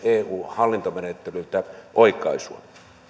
eun hallintomenettelyltä oikaisua